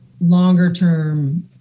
longer-term